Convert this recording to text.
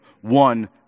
one